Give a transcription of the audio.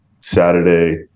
Saturday